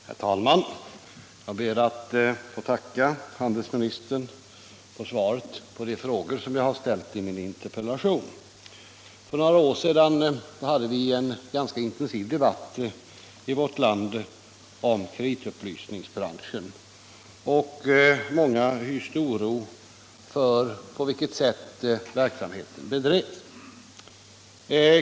Herr talman! Jag ber att få tacka handelsministern för svaret på de frågor som jag har ställt i min interpellation. För några år sedan hade vi en ganska intensiv debatt i vårt land om kreditupplysningsbranschen. Många hyste oro för det sätt på vilket verksamheten bedrevs.